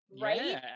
right